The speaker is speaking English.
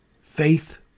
faith